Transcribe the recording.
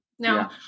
No